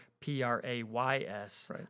P-R-A-Y-S